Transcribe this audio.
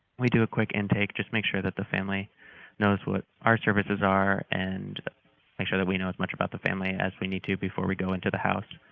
we do a quick intake just make sure that the family knows what our services are and make sure that we know as much about the family as we need to before we go into the house.